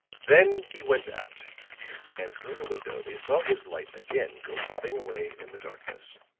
then he went out and through the window they saw his light again go bobbing away in the darkness.